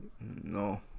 No